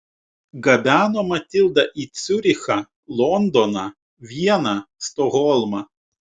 gabeno matildą į ciurichą londoną vieną stokholmą